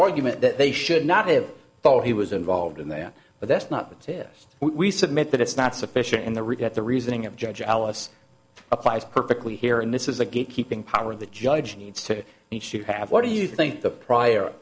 argument that they should not have thought he was involved in that but that's not it is we submit that it's not sufficient in the rig at the reasoning of judge alice applies perfectly here and this is a gate keeping power of the judge needs to and should have what do you think the prior